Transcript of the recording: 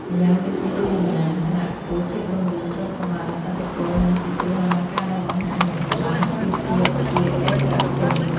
ម្យ៉ាងវិញទៀតវាដំណាងយ ឋានៈខ្ពស់ ភាពរុងរឿង ទ្រព្យសម្បត្តិ និងឥទ្ធិពលនិងជាគ្រឿងអលង្ការដែលបង្ហាញយ៉ាងច្បាស់ពីភាពជាឥស្សរជន។